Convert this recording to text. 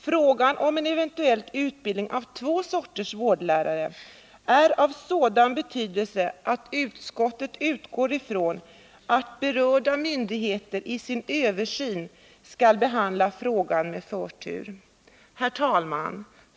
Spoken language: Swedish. Frågan om en eventuell utbildning av två sorters vårdlärare är av sådan betydelse att utskottet utgår från att berörda myndigheter i sin översyn skall behandla frågan med förtur. Herr talman!